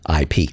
IP